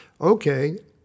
Okay